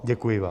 Děkuji vám.